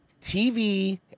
TV